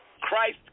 Christ